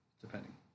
depending